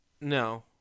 No